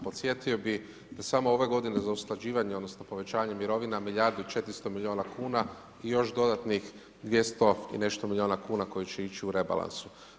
Podsjetio bi da samo ove godine za usklađivanje odnosno povećanje mirovina, milijardu i 400 000 milijuna kuna i još dodatnih 200 i nešto milijuna kuna koji će ići u rebalansu.